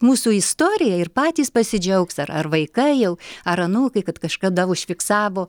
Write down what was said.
mūsų istorija ir patys pasidžiaugs ar ar vaikai jau ar anūkai kad kažkada užfiksavo